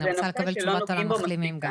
אני רוצה לקבל תשובות על המחלימים גם.